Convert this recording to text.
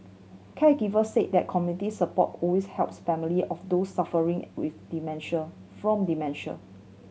caregivers said that community support always helps family of those suffering with dementia from dementia